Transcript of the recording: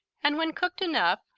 and when cooked enough,